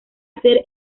hacer